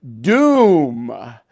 doom